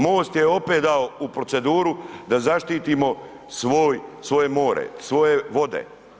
MOST je opet dao u proceduru da zaštitimo svoje more, svoje vode.